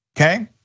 okay